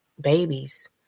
babies